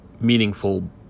meaningful